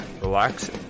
relax